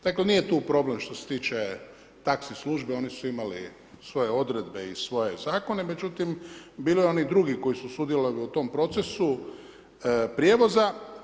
Dakle nije tu problem što se tiče taxi službe, oni su imali svoje odredbe i svoje zakone, međutim bilo je onih drugih koji su sudjelovali u tom procesu prijevoza.